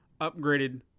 upgraded